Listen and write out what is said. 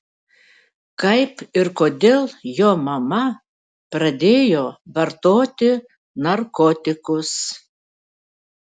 kaip ir kodėl jo mama pradėjo vartoti narkotikus